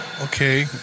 Okay